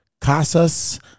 Casas